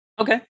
Okay